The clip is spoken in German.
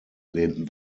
lehnten